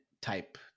type